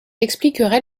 expliquerait